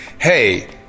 hey